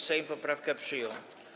Sejm poprawkę przyjął.